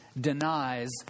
denies